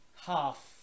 half